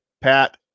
pat